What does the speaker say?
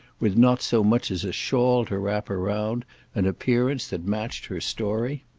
with not so much as a shawl to wrap her round, an appearance that matched her story?